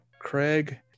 Craig